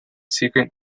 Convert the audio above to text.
secret